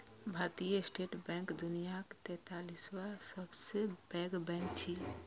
भारतीय state bank दुनियाक तैंतालिसवां सबसं पैघ बैंक छियै